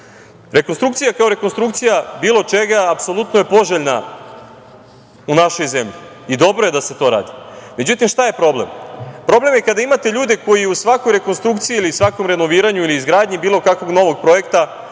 radimo. Rekonstrukcija kao rekonstrukcija bilo čega, apsolutno je poželjna u našoj zemlji i dobro je da se to radi, međutim šta je problem? Problem je kada imate ljude koji u svakoj rekonstrukciji ili svakom renoviranju ili izgradnji bilo kakvog novog projekta,